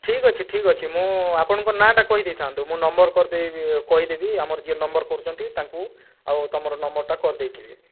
ଠିକ୍ ଅଛି ଠିକ୍ ଅଛି ମୁଁ ଆପଣଙ୍କ ନାଁ ଟା କହିଦେଇଥାନ୍ତୁ ମୁଁ ନମ୍ବର କରିଦେବି କହିଦେବି ଆମର ଯିଏ ନମ୍ବର କରୁଛନ୍ତି ତାଙ୍କୁ ଆଉ ତମର ନମ୍ବରଟା କରିଦେଇଥିବେ